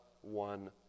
one